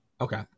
Okay